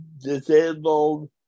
disabled